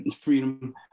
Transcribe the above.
freedom